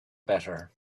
better